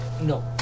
No